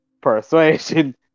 persuasion